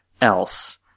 else